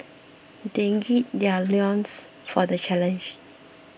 they gird their loins for the challenge